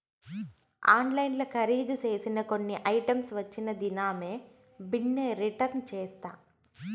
ఆన్లైన్ల కరీదు సేసిన కొన్ని ఐటమ్స్ వచ్చిన దినామే బిన్నే రిటర్న్ చేస్తా